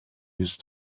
use